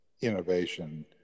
innovation